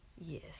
yes